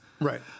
Right